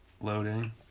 Loading